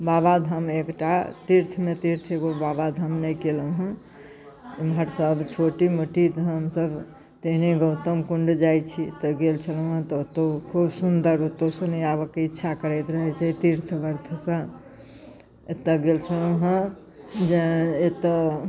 बाबाधाम एकटा तीर्थमे तीर्थ एगो बाबाधाम नहि केलहुँ हँ ओम्हरसँ आब छोटी मोटीधाम सब तहने गौतम कुण्ड जाइ छी तऽ गेल छलहुँ हँ तऽ ओतहि खूब सुन्दर ओतऽसँ नहि आबऽके इच्छा करैत रहे छै तीर्थ व्रतसँ एतऽ गेल छलहुँ हँ जे एतऽ